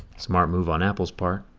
smart move on apple's part,